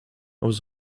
was